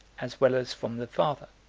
as well as from the father.